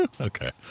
Okay